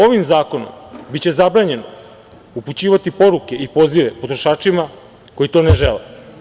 Ovim zakonom biće zabranjeno upućivati poruke i pozive potrošačima koji to ne žele.